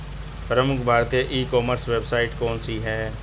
प्रमुख भारतीय e commerce website कौन कौन सी हैं?